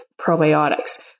probiotics